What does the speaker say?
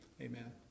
Amen